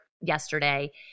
yesterday